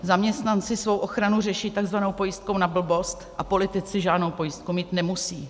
Zaměstnanci svou ochranu řeší tzv. pojistkou na blbost a politici žádnou pojistku mít nemusí.